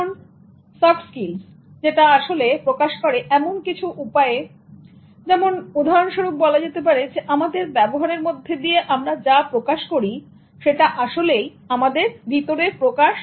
যেমন soft skills যেটা আসলে প্রকাশ করে এমন কিছু উপায়ে উদাহরণস্বরূপ বলা যেতে পারে আমাদের ব্যবহারের মধ্যে দিয়ে যা দেখাই সেটা আসলেই আমাদের ভিতরের প্রকাশ